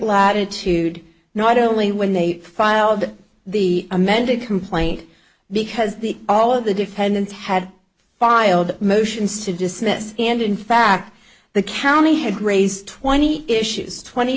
latitude not only when they filed the amended complaint because the all of the defendants had filed motions to dismiss and in fact the county had raised twenty issues twenty